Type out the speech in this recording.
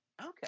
Okay